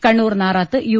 Kannur Narath U